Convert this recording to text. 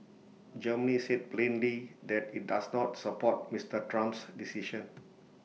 Germany said plainly that IT does not support Mister Trump's decision